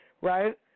right